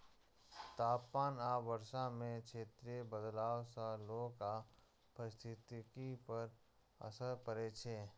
तापमान आ वर्षा मे क्षेत्रीय बदलाव सं लोक आ पारिस्थितिकी पर असर पड़ै छै